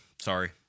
Sorry